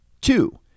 Two